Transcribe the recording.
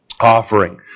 offering